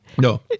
No